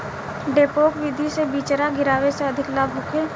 डेपोक विधि से बिचरा गिरावे से अधिक लाभ होखे?